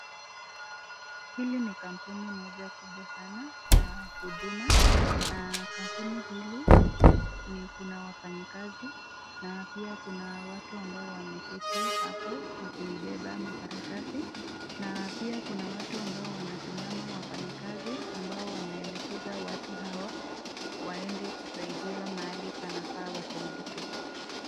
Hili ni kampuni moja kubwa sana la huduma na kampuni hili kuna wafanyikazi na pia kuna watu ambao wameketi apo wakibeba makaratasi na pia kuna watu ambao wanasimama wafanyikazi ambao wanaelekeza watu hawa waweze kusaidiwa mahali panafaa wasaidike.